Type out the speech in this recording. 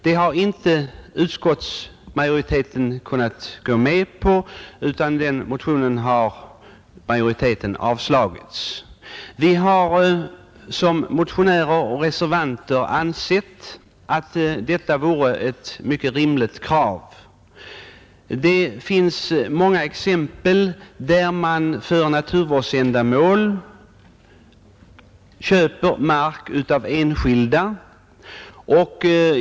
Detta har utskottsmajoriteten inte kunnat gå med på, utan motionen har avstyrkts. Motionärer och reservanter har emellertid ansett kravet rimligt. Det finns många exempel på att det allmänna för naturvårdsändamål köper mark av enskilda.